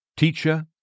teacher